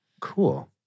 cool